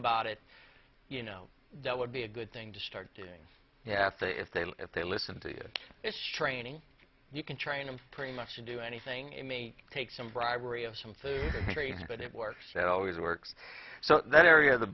about it you know that would be a good thing to start doing if they if they if they listen to this training you can train them pretty much to do anything in me takes some bribery of some trees but it works it always works so that area of the